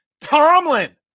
Tomlin